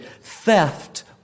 theft